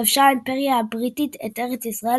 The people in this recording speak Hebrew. כבשה האימפריה הבריטית את ארץ ישראל